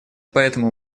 поэтому